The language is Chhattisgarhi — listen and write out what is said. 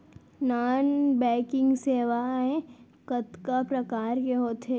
नॉन बैंकिंग सेवाएं कतका प्रकार के होथे